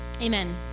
Amen